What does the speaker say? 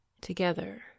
Together